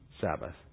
Sabbath